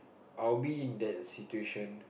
I will be in that situation